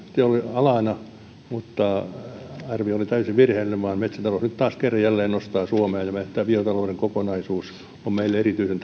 alana mutta arvio oli täysin virheellinen maa ja metsätalous taas jälleen kerran nostaa suomea ja tämä biotalouden kokonaisuus on meille erityisen